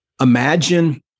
imagine